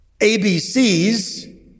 ABCs